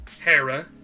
Hera